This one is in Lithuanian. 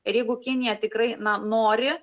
ir jeigu kinija tikrai na nori